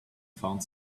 found